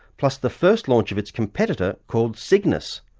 plus the first launch of its competitor, called cygnus.